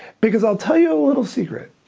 because i'll tell you a little secret.